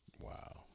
Wow